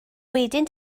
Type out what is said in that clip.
wedyn